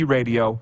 Radio